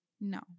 No